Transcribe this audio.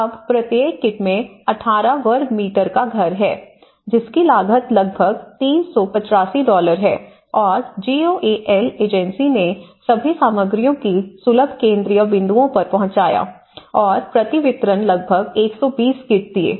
अब प्रत्येक किट में 18 वर्ग मीटर का घर है जिसकी लागत लगभग 385 डॉलर है और G O A L agency ने सभी सामग्रियों को सुलभ केंद्रीय बिंदुओं पर पहुंचाया और प्रति वितरण लगभग 120 किट दिए